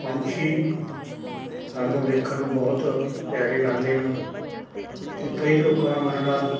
ਪੰਛੀ ਸਾਨੂੰ ਵੇਖਣ ਨੂੰ ਬਹੁਤ ਪਿਆਰੇ ਲੱਗਦੇ ਨੇ ਅਤੇ ਕਈ ਲੋਕਾਂ ਦਾ ਮੰਨਣਾ